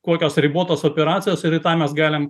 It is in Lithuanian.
kokios ribotos operacijos ir į tą mes galim